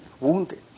Wounded